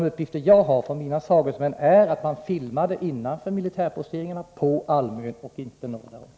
Uppgifterna från mina sagesmän är att man filmade innanför militärposteringarna på Almön, inte norr därom.